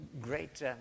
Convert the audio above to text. great